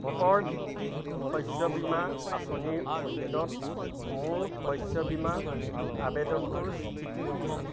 বতৰ ভিত্তিক শস্য বীমা আঁচনিৰ অধীনত মোৰ শস্য বীমা আবেদনটোৰ স্থিতি কি